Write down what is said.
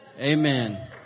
Amen